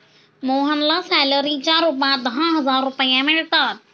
मोहनला सॅलरीच्या रूपात दहा हजार रुपये मिळतात